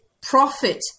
profit